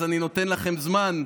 אז אני נותן לכם זמן.